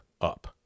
up